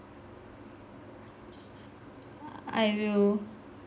I will